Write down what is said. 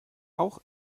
auch